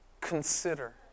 consider